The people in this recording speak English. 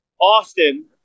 Austin